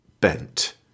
bent